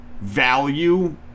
value